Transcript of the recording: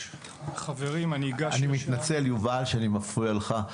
אני מתנצל יובל שאני מפריע לך.